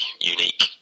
unique